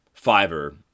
Fiverr